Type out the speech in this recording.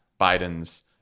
Biden's